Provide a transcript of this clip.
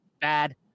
bad